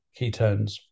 ketones